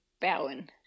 Bowen